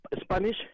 Spanish